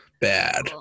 bad